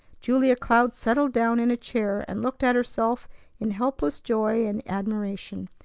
julia cloud settled down in a chair, and looked at herself in helpless joy and admiration.